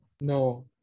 No